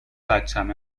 بچم